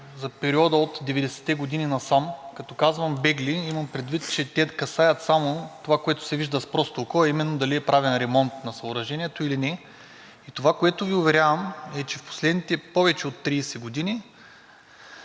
за периода от 90-те години насам. Като казвам бегли, имам предвид, че те касаят само това, което се вижда с просто око, а именно дали е правен ремонт на съоръжението или не. Това, което Ви уверявам, е, че в последните повече от 30 години